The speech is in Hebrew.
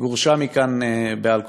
גורשה מכאן בעל כורחה.